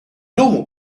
normal